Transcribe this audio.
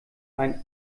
einen